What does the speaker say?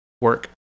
work